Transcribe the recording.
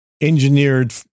engineered